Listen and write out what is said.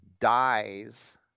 dies